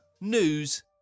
news